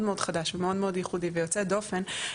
מאוד חדש ומאוד מאוד ייחודי ויוצא דופן,